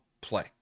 play